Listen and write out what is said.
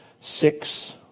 six